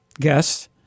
guests